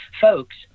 folks